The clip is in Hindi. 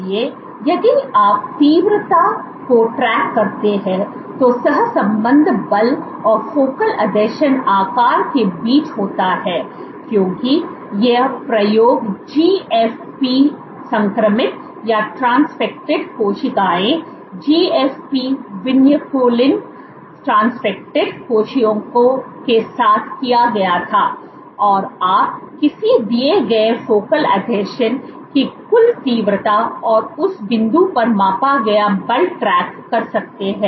इसलिए यदि आप तीव्रता को ट्रैक करते हैं तो सहसंबंध बल और फोकल आसंजन आकार के बीच होता है क्योंकि ये प्रयोग जीएफपी संक्रमित कोशिकाओं जीएफपी विनक्यूलिन संक्रमित कोशिकाओं के साथ किया गया था और आप किसी दिए गए फोकल आसंजन की कुल तीव्रता और उस बिंदु पर मापा गया बल ट्रैक कर सकते हैं